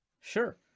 Sure